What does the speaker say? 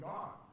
God